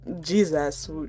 jesus